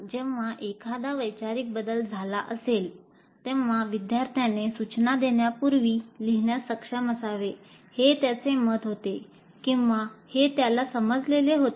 जेव्हा एखादा वैचारिक बदल झाला असेल तेव्हा विद्यार्थ्याने सूचना देण्यापूर्वी लिहिण्यास सक्षम असावे हे त्याचे मत होते किंवा हे त्याला समजलेले होते